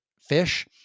fish